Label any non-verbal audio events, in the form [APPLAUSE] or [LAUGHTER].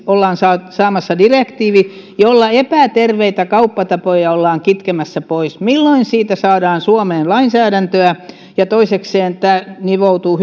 ollaan onneksi saamassa direktiivi jolla epäterveitä kauppatapoja ollaan kitkemässä pois milloin siitä saadaan suomeen lainsäädäntöä toisekseen tämä nivoutuu [UNINTELLIGIBLE]